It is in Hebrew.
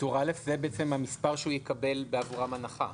טור א' זה המספר שהוא יקבל בעבורם הנחה,